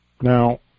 Now